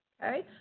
okay